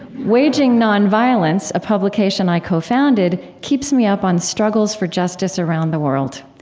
waging nonviolence, a publication i co-founded, keeps me up on struggles for justice around the world.